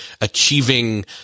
achieving